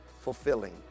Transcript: fulfilling